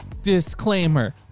Disclaimer